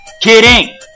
Kidding